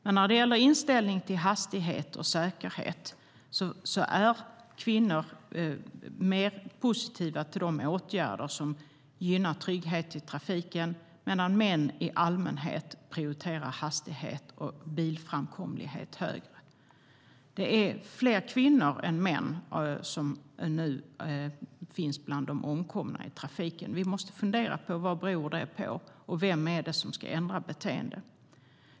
Men när det gäller inställning till hastighet och säkerhet är kvinnor mer positiva till de åtgärder som gynnar trygghet i trafiken medan män i allmänhet prioriterar hastighet och bilframkomlighet högre. Fler kvinnor än män omkommer i trafiken. Vi måste fundera på vad det beror på och vem det är som ska ändra beteende.